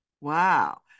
wow